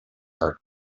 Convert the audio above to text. are